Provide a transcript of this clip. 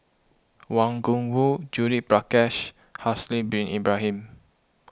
Wang Gungwu Judith Prakash Haslir Bin Ibrahim